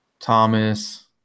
Thomas